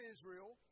Israel